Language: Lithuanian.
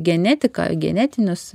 genetiką genetinius